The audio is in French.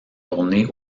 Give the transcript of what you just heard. tournée